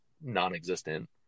non-existent